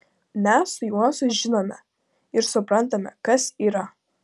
mes su juozu žinome ir suprantame kas yra